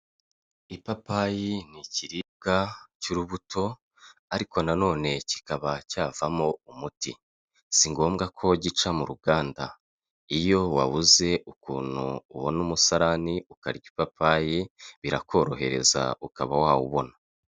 Ipapayi ni ikiribwa cy'urubuto ariko nanone kikaba cyavamo umuti, si ngombwa ko gica mu ruganda, iyo wabuze ukuntu ubona umusarani ukarya ipapayi, birakorohereza ukaba wawubona.